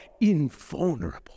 invulnerable